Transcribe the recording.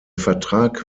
vertrag